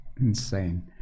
insane